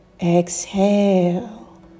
Exhale